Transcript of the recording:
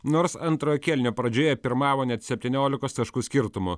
nors antrojo kėlinio pradžioje pirmavo net septyniolikos taškų skirtumu